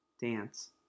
dance